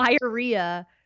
diarrhea